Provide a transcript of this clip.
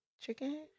Chicken